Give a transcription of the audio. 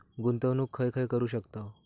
गुंतवणूक खय खय करू शकतव?